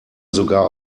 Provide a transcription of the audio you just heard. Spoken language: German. sogar